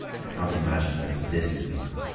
i can't imagine what possesses people.